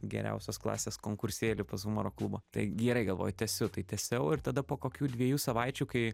geriausios klasės konkursėlį pas humoro klubą tai gerai galvoju tęsiu tai tęsiau ir tada po kokių dviejų savaičių kai